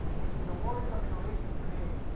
in the world of innovation today,